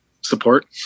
support